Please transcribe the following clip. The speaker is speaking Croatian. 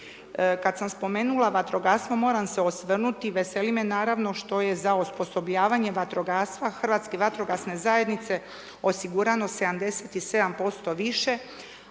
Kad sam spomenula vatrogastvo moram se osvrnuti, veseli me naravno što je za osposobljavanje vatrogastva hrvatske vatrogasne zajednice osigurano 77% više,